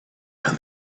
and